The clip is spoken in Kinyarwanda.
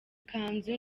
kanzu